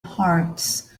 hearts